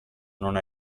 non